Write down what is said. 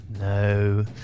No